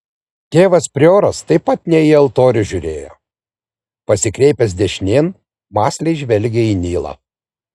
tėvas prioras taip pat ne į altorių žiūrėjo pasikreipęs dešinėn mąsliai žvelgė į nilą